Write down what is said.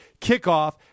kickoff